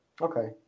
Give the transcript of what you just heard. Okay